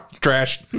Trash